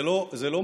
זה לא משנה,